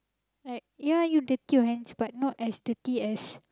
right ya you dirty your hands but not as dirty as